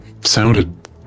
sounded